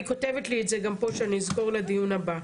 אני כותבת לי את זה גם פה, שאני אזכור לדיון הבא.